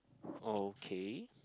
okay